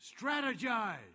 Strategize